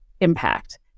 impact